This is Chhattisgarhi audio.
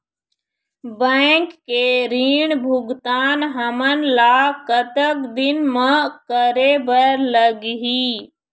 बैंक के ऋण भुगतान हमन ला कतक दिन म करे बर लगही?